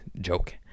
Joke